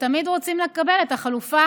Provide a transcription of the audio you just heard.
ותמיד רוצים לקבל את החלופה